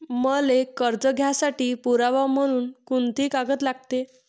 मले कर्ज घ्यासाठी पुरावा म्हनून कुंते कागद लागते?